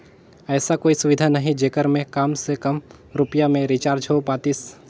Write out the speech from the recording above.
ऐसा कोई सुविधा नहीं जेकर मे काम से काम रुपिया मे रिचार्ज हो पातीस?